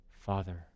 Father